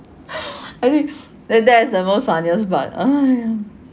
I think that that is the most funniest part !aiya!